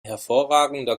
hervorragender